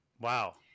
Wow